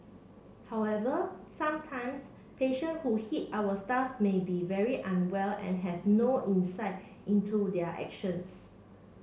however sometimes patient who hit our staff may be very unwell and have no insight into their actions